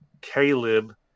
caleb